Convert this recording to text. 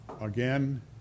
Again